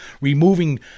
removing